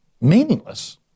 meaningless